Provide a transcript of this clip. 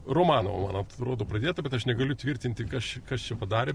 romanovo man atrodo pradėta bet aš negaliu tvirtinti kas čia kas čia padarė